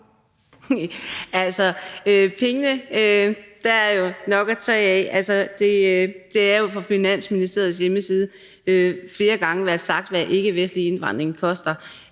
angår penge, er der jo nok at tage af. Det har jo flere gange på Finansministeriets hjemmeside være skrevet, hvad ikkevestlig indvandring koster.